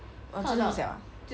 我知道很小